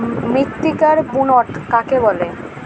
মৃত্তিকার বুনট কাকে বলে?